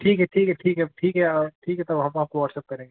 ठीक है ठीक है ठीक है अब ठीक है ठीक है तब हम आपको वाट्सअप करेंगे